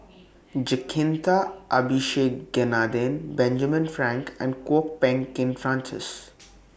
Jacintha Abisheganaden Benjamin Frank and Kwok Peng Kin Francis